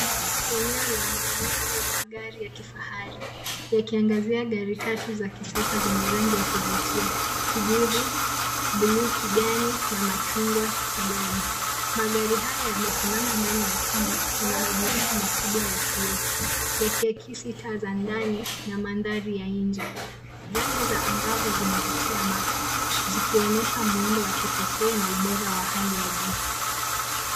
Eneo la maonyesho ya magari ya kifahari yakiangazia gari tatu za kisasa zenye rangi ya kuvutia, kijivu, bluu, kijani na machungwa kijani. Magari haya yamesimama ndani ya chumba chenye madirisha makubwa ya kioo yakiakisi taa za ndani na mandhari ya nje. Rangi za angavu zinavutia macho zikionyesha muundo wa kipekee na ubora wa hali ya juu.